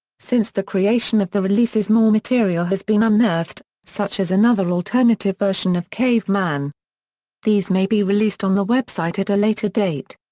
since the creation of the releases more material has been unearthed, such as another alternative version of caveman these may be released on the website at a later date.